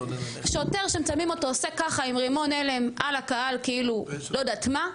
שוטר שמצלמים אותו עושה ככה עם רימון הלם על הקהל כאילו לא יודעת מה,